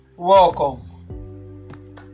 welcome